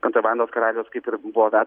kontrabandos karalius kaip ir buvo ve